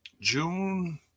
June